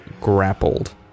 grappled